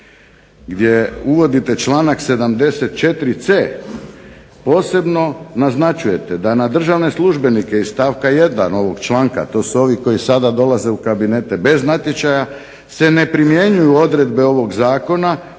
gdje uvodite članak 74.c posebno naznačujete "da na državne službenike iz stavka 1.ovog članka" to su ovi koji sada dolaze u kabinete bez natječaja "se ne primjenjuju odredbe ovog zakona